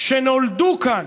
שנולדו כאן,